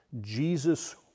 Jesus